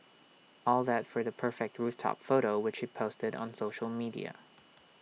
all that for the perfect rooftop photo which she posted on social media